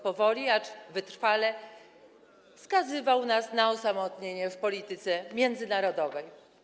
Powoli, acz wytrwale, skazywał nas na osamotnienie w polityce międzynarodowej.